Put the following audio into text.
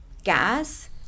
Gas